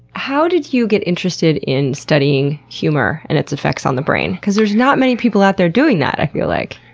how did you get interested in studying humor and its effects on the brain? because there's not many people out there doing that, i feel like.